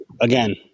again